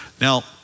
Now